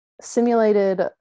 simulated